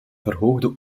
verhoogde